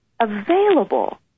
available